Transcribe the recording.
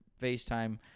FaceTime